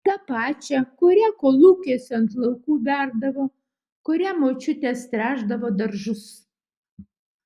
tą pačią kurią kolūkiuose ant laukų berdavo kuria močiutės tręšdavo daržus